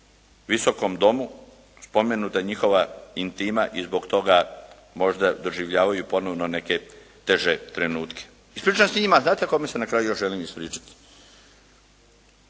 Visokom domu spomenuta njihova intima i zbog toga možda doživljavaju ponovne neke trenutke. Ispričavam se njima, ali znate kome se na kraju još želim ispričati.